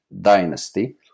dynasty